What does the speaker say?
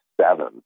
seven